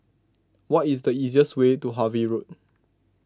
what is the easiest way to Harvey Road